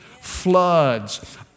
floods